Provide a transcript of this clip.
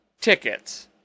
tickets